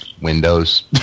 windows